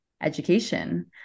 education